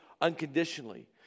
unconditionally